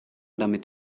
damit